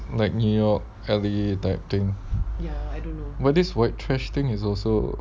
like new york khalid type thing but this white trash thing is also